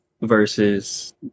versus